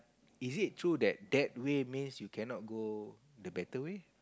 is it true that that way means you cannot go the better way